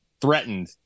threatened